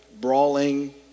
brawling